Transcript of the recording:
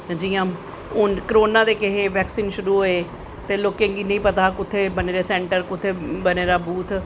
हून करोना दे बैकसिन शुरु होए ते लोकें गी नेंई पता हा कुत्थें बनें दे सैंटर कुत्थें बने दा बूथ